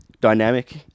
dynamic